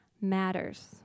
matters